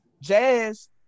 Jazz